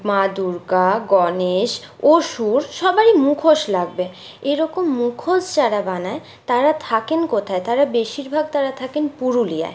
মা দুর্গা গণেশ অসুর সবারই মুখোশ লাগবে এরকম মুখোশ যারা বানায় তারা থাকেন কোথায় তারা বেশিরভাগ তারা থাকেন পুরুলিয়ায়